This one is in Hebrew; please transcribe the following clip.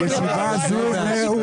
ישיבה זו נעולה.